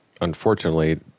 Unfortunately